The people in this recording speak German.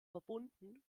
verbunden